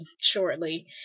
shortly